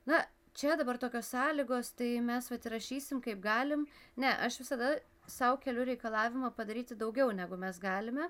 na čia dabar tokios sąlygos tai mes vat įrašysim kaip galim ne aš visada sau keliu reikalavimą padaryti daugiau negu mes galime